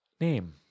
name